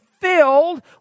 filled